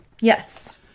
Yes